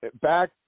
back